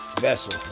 vessel